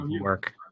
work